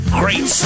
great